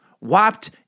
wiped